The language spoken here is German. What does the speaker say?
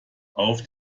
auf